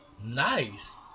Nice